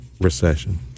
recession